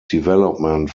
development